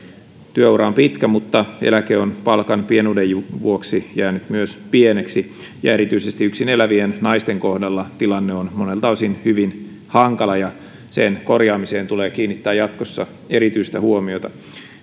on pitkä mutta eläke on palkan pienuuden vuoksi myös jäänyt pieneksi erityisesti yksin elävien naisten kohdalla tilanne on monelta osin hyvin hankala ja sen korjaamiseen tulee kiinnittää jatkossa erityistä huomiota